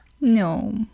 No